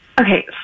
Okay